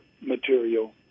material